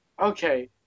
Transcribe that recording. Okay